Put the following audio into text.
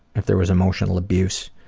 if there was emotional abuse.